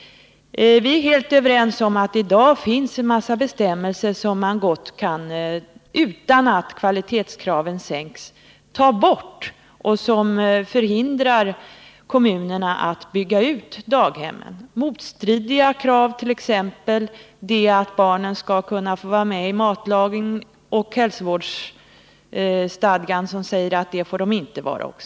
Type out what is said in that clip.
Vi är helt överens om att det i dag finns en rad bestämmelser som gott kan uteslutas, utan att kvalitetskraven sänks, och som förhindrar kommunerna att bygga ut daghemmen. Här finns motstridiga krav, t.ex. att barnen skall kunna få vara med vid matlagningen medan hälsovårdsstadgan säger att de inte får vara med.